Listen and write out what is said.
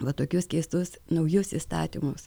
va tokius keistus naujus įstatymus